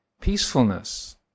peacefulness